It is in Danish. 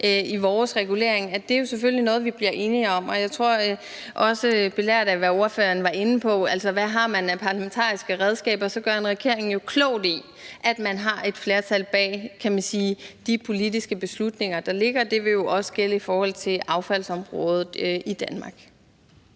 i vores regulering, at det selvfølgelig er noget, vi bliver enige om, og jeg tror, også belært af, hvad ordføreren var inde på – altså hvad man har af parlamentariske redskaber – at en regering gør klogt i, at den har et flertal bag de politiske beslutninger, der skal træffes. Det vil jo også gælde i forhold til affaldsområdet i Danmark.